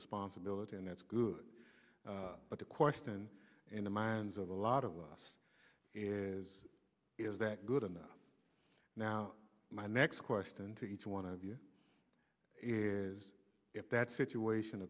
responsibility and that's good but the question in the minds of a lot of us is is that good enough now my next question to each one of you is if that situation